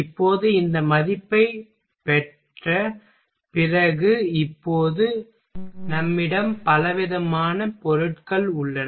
இப்போது இந்த மதிப்பைப் பெற்ற பிறகு இப்போது நம்மிடம் பலவிதமான பொருட்கள் உள்ளன